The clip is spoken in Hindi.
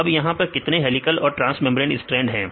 अब यहां कितने हेलिकल और ट्रांस मेंब्रेन स्ट्रैंड है